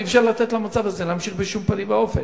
אי-אפשר לתת למצב הזה להימשך, בשום פנים ואופן.